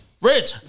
Rich